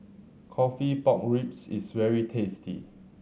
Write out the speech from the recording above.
coffee pork ribs is very tasty